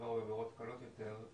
כשמדובר בעבירות קלות יותר,